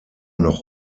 noch